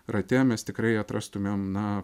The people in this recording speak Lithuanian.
rate mes tikrai atrastumėm na